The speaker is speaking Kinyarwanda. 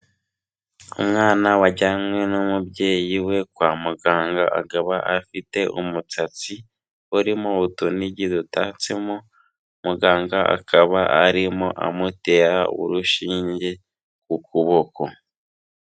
Umwana wajyanywe n'umubyeyi we kwa muganga, akaba afite umusatsi urimo utunigi dutatsemo, muganga akaba arimo amutera urushinge ku kuboko.